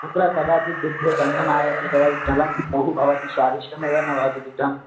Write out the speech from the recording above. अत्र कदाचित् दुग्धे गन्धः आयाति कदाचित् जलं बहु भवति स्वादिष्टमेव न भवति दुग्धम्